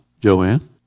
Joanne